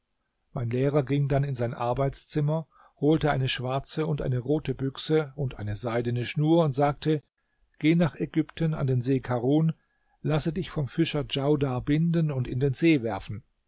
mein lehrer ging dann in sein arbeitszimmer holte eine schwarze und eine rote büchse und eine seidene schnur und sagte geh nach ägypten an den see karun lasse dich vom fischer djaudar binden und in den see werfen